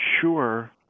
sure